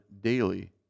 daily